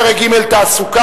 פרק ג': תעסוקה,